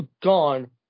gone